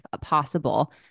possible